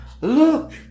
Look